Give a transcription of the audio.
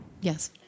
Yes